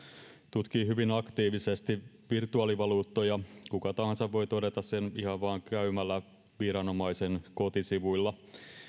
tutkii hyvin aktiivisesti virtuaalivaluuttoja kuka tahansa voi todeta sen ihan vain käymällä viranomaisen kotisivuilla